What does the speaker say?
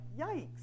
yikes